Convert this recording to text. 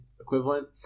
equivalent